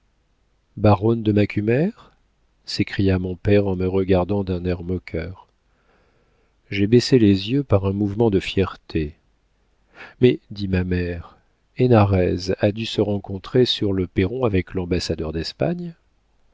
baronne de macumer s'écria mon père en me regardant d'un air moqueur j'ai baissé les yeux par un mouvement de fierté mais dit ma mère hénarez a dû se rencontrer sur le perron avec l'ambassadeur d'espagne